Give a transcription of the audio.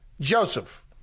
Joseph